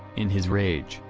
in his rage,